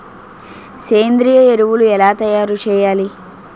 సేంద్రీయ ఎరువులు ఎలా తయారు చేయాలి?